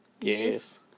Yes